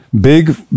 big